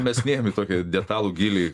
mes nėjom į tokį detalų gylį